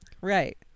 Right